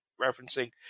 referencing